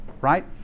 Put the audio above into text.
right